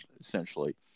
essentially